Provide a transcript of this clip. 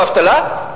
באבטלה,